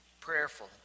prayerful